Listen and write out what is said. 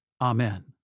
Amen